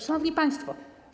Szanowni Państwo!